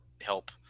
help